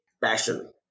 Passion